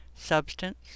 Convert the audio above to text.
Substance